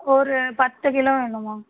ஒரு பத்து கிலோ வேணும்மா